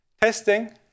Testing